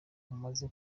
amaze